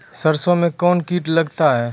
सरसों मे कौन कीट लगता हैं?